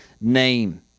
name